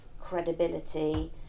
credibility